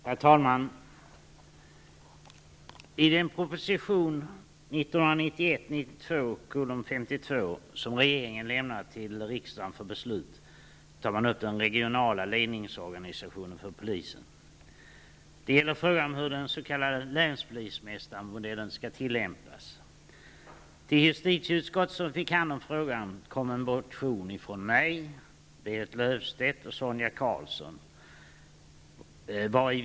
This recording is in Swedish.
Herr talman! I proposition 1991/92:52, som regeringen lämnat till riksdagen för beslut, tar regeringen upp den regionala ledningsorganisationen för polisen. Det gäller frågan om hur den s.k. länspolismästarmodellen skall tillämpas. Till justitieutskottet, som har handlagt ärendet, har en motion väckts av Berit Löfstedt, Sonia Karlsson och mig.